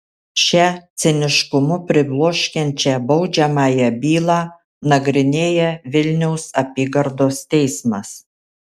šią ciniškumu pribloškiančią baudžiamąją bylą nagrinėja vilniaus apygardos teismas